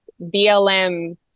blm